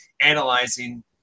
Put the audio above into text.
analyzing